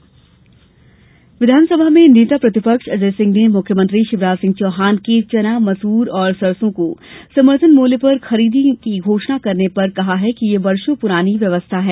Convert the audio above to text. नेता प्रतिपक्ष आरोप विधानसभा में नेता प्रतिपक्ष अजय सिंह ने मुख्यमंत्री शिवराज सिंह चौहान की चना मसूर और सरसों को समर्थन मूल्य पर खरीदने की घोषणा पर कहा कि यह वर्षो पुरानी व्यवस्था है